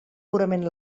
purament